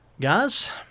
Guys